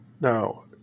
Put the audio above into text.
now